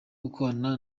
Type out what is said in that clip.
gukorana